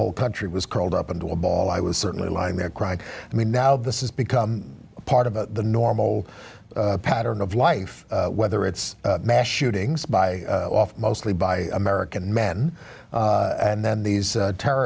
whole country was curled up into a ball i was certainly lying there crying i mean now this is become part of the normal pattern of life whether it's mass shootings by off mostly by american men and then these terror